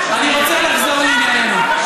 אני רוצה לחזור לענייננו.